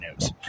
news